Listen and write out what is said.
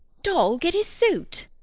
dol, get his suit.